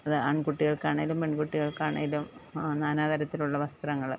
അത് ആൺകുട്ടികൾക്ക് ആണെങ്കിലും പെൺകുട്ടികൾക്ക് ആണെങ്കിലും നാനാതരത്തിലുള്ള വസ്ത്രങ്ങൾ